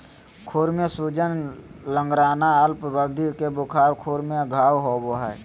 खुर में सूजन, लंगड़ाना, अल्प अवधि के बुखार, खुर में घाव होबे हइ